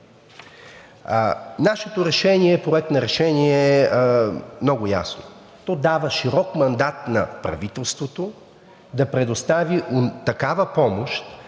Нашият проект на решение е много ясен. Той дава широк мандат на правителството да предостави такава помощ,